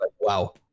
wow